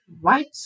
right